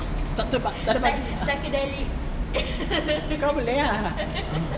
kau boleh ah